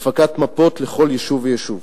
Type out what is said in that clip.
הפקת מפות לכל יישוב ויישוב.